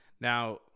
Now